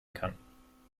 kann